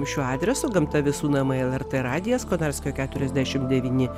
šiuo adresu gamta visų namai lrt radijas konarskio keturiasdešim devyni